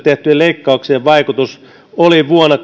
tehtyjen leikkauksien vaikutus oli vuonna